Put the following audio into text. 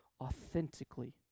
authentically